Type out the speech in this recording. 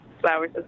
flowers